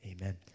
Amen